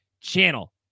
channel